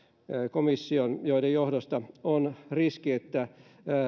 komissioon ja joiden johdosta on riski että